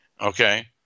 okay